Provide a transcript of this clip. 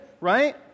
right